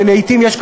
ולעתים יש כבוד,